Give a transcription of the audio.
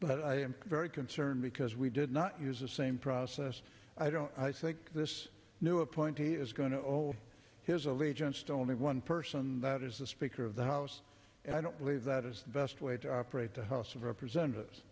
but i am very concerned because we did not use the same process i don't think this new appointee is going to hold his allegiance to only one person that is the speaker of the house and i don't believe that is the best way to operate the house of representatives